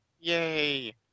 Yay